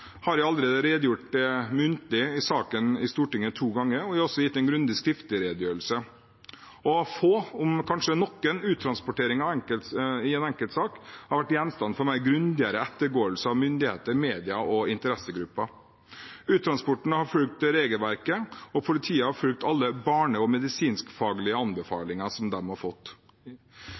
har jeg allerede redegjort muntlig om saken i Stortinget to ganger, og jeg har også gitt en grundig skriftlig redegjørelse. Og få, om kanskje noen, uttransporteringer i en enkeltsak har vært gjenstand for mer grundig ettergåelse av myndighetene, mediene og interessegrupper. Uttransporten har fulgt regelverket, og politiet har fulgt alle barne- og medisinskfaglige anbefalinger de har fått.